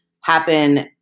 happen